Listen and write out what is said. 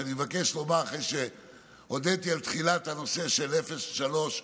שאני מבקש לומר אחרי שהודיתי על תחילת הנושא של אפס עד שלוש,